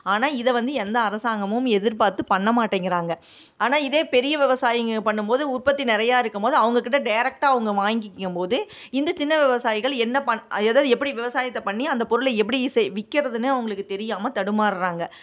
ஆனால் இதை வந்து எந்த அரசாங்கமும் எதிர்பார்த்து பண்ண மாட்டேங்கிறாங்க ஆனால் இதே பெரிய விவசாயிங்க பண்ணும்போது உற்பத்தி நிறையா இருக்கும்போது அவங்ககிட்ட டேரெக்டா அவங்க வாங்கிக்கும்போது இந்த சின்ன விவசாயிகள் என்ன பண் எதை எப்படி விவசாயத்தை பண்ணி அந்த பொருளிய எப்படி செய் விற்கிறதுன்னு அவங்களுக்கு தெரியாமல் தடுமாறுறாங்க